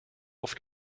auf